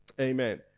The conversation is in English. Amen